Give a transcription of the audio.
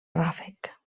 ràfec